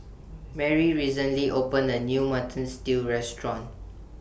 Marry recently opened A New Mutton Stew Restaurant